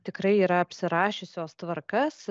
tikrai yra apsirašiusios tvarkas